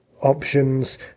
options